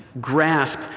grasp